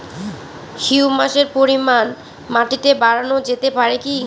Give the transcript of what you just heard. হিউমাসের পরিমান মাটিতে বারানো যেতে পারে কি?